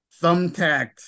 thumbtacked